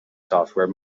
software